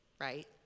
right